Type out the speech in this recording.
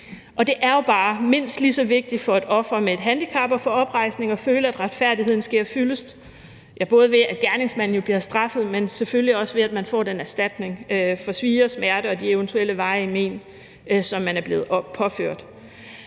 Det er jo bare lige så vigtigt for et offer med et handicap at få oprejsning og føle, at retfærdigheden sker fyldest – både ved at gerningsmanden bliver straffet, men selvfølgelig også ved at man får den erstatning for svie og smerte og de eventuelle varige men, som man er blevet påført.